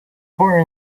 born